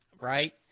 right